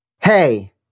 Hey